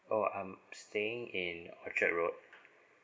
oh I'm staying in orchard road